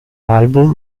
album